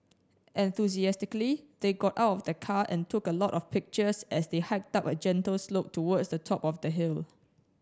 enthusiastically they got out of the car and took a lot of pictures as they hiked up a gentle slope towards the top of the hill